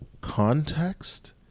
Context